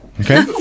okay